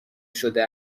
شده